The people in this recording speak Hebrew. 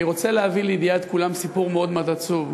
אני רוצה להביא לידיעת כולם סיפור מאוד מאוד עצוב.